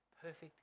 perfect